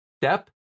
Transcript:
step